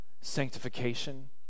sanctification